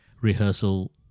rehearsal